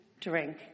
drink